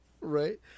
Right